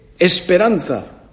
esperanza